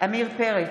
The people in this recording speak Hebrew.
עמיר פרץ,